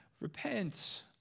repent